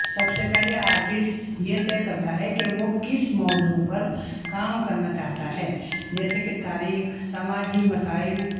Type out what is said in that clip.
سب سے پہلے آرٹسٹ یہ طے کرتا ہے کہ وہ کس موضوع پر کام کرنا چاہتا ہے جیسے کہ تاریخ سماجی مسائل